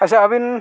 ᱟᱪᱪᱷᱟ ᱟᱵᱤᱱ